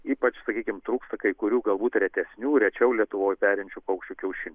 ypač sakykim trūksta kai kurių galbūt retesnių rečiau lietuvoj perinčių paukščių kiaušinių